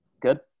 good